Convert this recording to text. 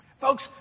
Folks